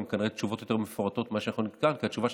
תפקידנו, אני